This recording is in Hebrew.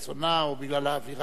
או בגלל אווירת הבחירות,